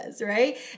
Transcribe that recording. right